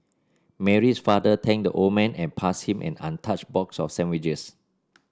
Mary's father thanked the old man and passed him an untouched box of sandwiches